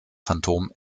phantom